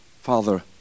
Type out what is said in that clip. Father